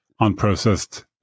unprocessed